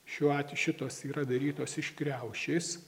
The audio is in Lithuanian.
šiuo atveju šitos yra darytos iš kriaušės